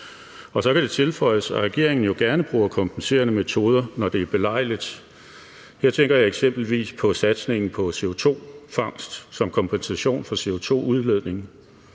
Så kan det tilføjes, at regeringen jo gerne bruger kompenserende metoder, når det er belejligt. Her tænker jeg eksempelvis på satsningen på CO2-fangst som kompensation for CO2-udledning.